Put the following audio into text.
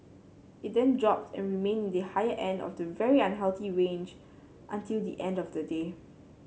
it then dropped and remained in the higher end of the very unhealthy range until the end of the day